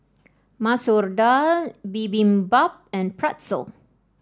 Masoor Dal Bibimbap and Pretzel